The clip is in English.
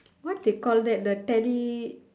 what they call that the tele